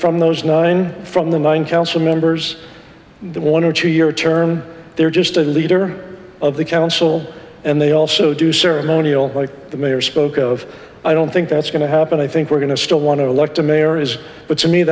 from those nine from the nine council members the one or two year term they're just a leader of the council and they also do ceremonial like the mayor spoke of i don't think that's going to happen i think we're going to still want to elect a mayor is but to me